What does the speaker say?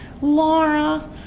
Laura